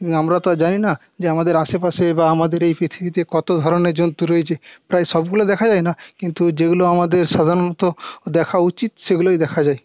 আমরা তো আর জানি না যে আমাদের আশেপাশে বা আমাদের এই পৃথিবীতে কত ধরনের জন্তু রয়েছে প্রায় সবগুলো দেখা যায় না কিন্তু যেগুলো আমাদের সাধারণত দেখা উচিত সেগুলোই দেখা যায়